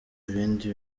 ibindi